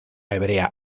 hebrea